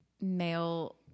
male